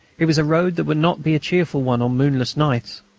it was a road that would not be a cheerful one on moonless nights.